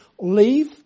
leave